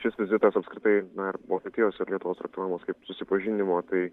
šis vizitas apskritai na ir vokietijos ir lietuvos traktuojamas kaip susipažinimo tai